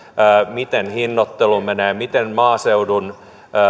miten hinnoittelu menee miten maaseudun